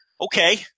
okay